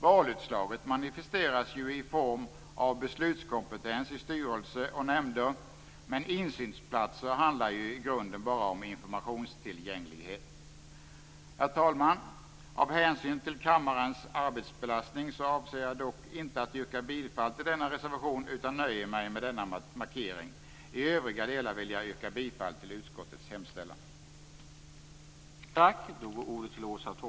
Valutslaget manifesteras ju i form av beslutskompetens i styrelser och nämnder, medan insynsplatser i grunden bara handlar om informationstillgänglighet. Herr talman! Av hänsyn till kammarens arbetsbelastning avser jag inte att yrka bifall till nämnda reservation, utan jag nöjer mig med denna markering. I övriga delar vill jag yrka bifall till utskottets hemställan.